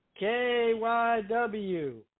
KYW